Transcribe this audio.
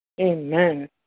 Amen